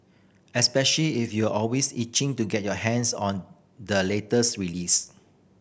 especially if you always itching to get your hands on the latest release